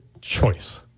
choice